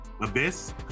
Abyss